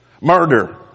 murder